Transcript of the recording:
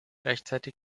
gleichzeitig